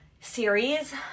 series